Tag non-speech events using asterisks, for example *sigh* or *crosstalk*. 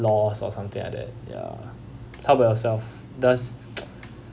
lost or something like that ya how about yourself does *noise*